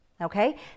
Okay